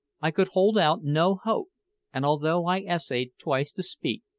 i could hold out no hope and although i essayed twice to speak,